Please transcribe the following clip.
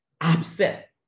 upset